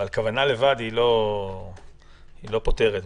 אבל הכוונה לבד לא פוטרת ממצוות.